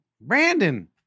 Brandon